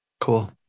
Cool